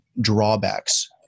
drawbacks